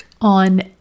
on